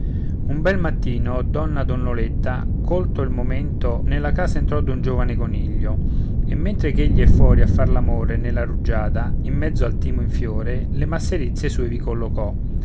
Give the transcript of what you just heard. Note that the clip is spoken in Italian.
un bel mattino donna donnoletta colto il momento nella casa entrò d'un giovane coniglio e mentre ch'egli è fuori a far l'amore nella rugiada in mezzo al timo in fiore le masserizie sue vi collocò